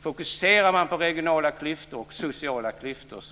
Fokuserar man på regionala klyftor och sociala klyftor